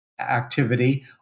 Activity